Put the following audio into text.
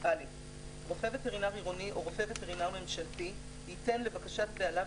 4ב רופא וטרינר עירוני או רופא וטרינר ממשלתי ייתן לבקשת בעליו